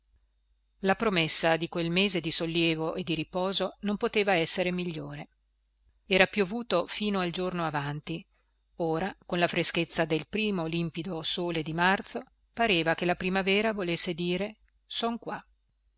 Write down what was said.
la promessa di quel mese di sollievo e di riposo non poteva essere migliore era piovuto fino al giorno avanti ora con la freschezza del primo limpido sole di marzo pareva che la primavera volesse dire son qua